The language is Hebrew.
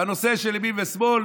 בנושא של ימין ושמאל,